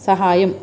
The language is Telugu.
సహాయం